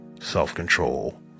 self-control